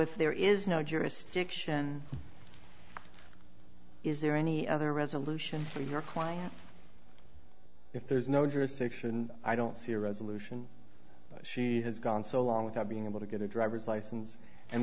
if there is no jurisdiction is there any other resolution for your client if there is no jurisdiction i don't see a resolution she has gone so long without being able to get a driver's license and